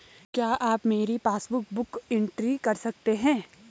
क्या आप मेरी पासबुक बुक एंट्री कर सकते हैं?